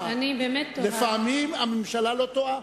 לפעמים הממשלה לא טועה.